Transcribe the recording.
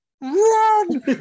run